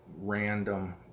Random